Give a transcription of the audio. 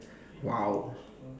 !wow!